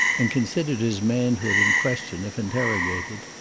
and considered his manhood in question if interrogated.